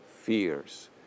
fears